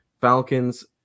Falcons